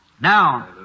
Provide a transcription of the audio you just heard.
Now